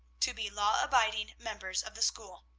to be law-abiding members of the school.